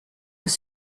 was